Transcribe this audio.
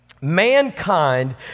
Mankind